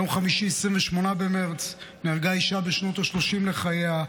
ביום חמישי 28 במרץ נהרגה אישה בשנות השלושים לחייה,